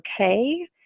okay